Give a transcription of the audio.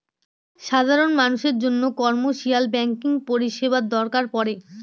সাধারন মানুষের জন্য কমার্শিয়াল ব্যাঙ্কিং পরিষেবা দরকার পরে